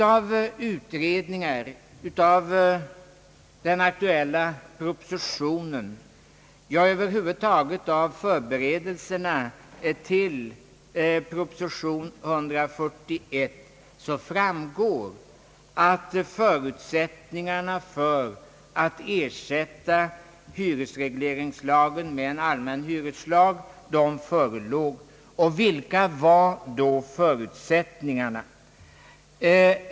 Av utredningar, av den aktuella propositionen och över huvud taget av förberedelserna för proposition 141 framgår, att förutsättningarna för ersättande av hyresregleringslagen med en allmän hyreslag förelåg. Vilka var då dessa förutsättningar?